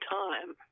time